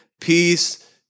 peace